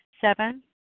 Seven